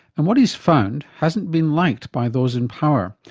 and what he's found hasn't been liked by those in power,